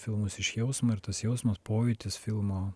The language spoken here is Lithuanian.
filmas iš jausmo ir tas jausmas pojūtis filmo